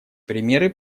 примеры